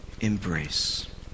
embrace